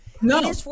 No